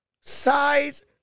Size